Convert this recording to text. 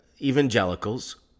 evangelicals